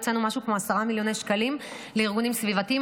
הוצאנו משהו כמו 10 מיליוני שקלים לארגונים סביבתיים.